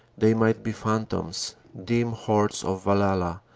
they might be phantoms, dim hordes of valhalla,